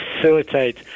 facilitate